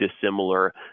dissimilar